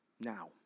Now